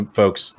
folks